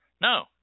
No